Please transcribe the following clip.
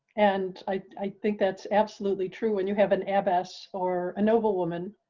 and i think that's absolutely true. and you have an airbus or an oval woman,